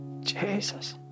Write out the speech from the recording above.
Jesus